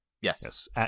Yes